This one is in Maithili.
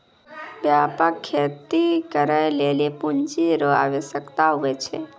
व्यापक खेती करै लेली पूँजी रो आवश्यकता हुवै छै